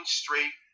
straight